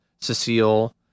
Cecile